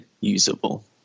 usable